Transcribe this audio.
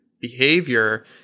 behavior